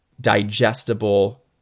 digestible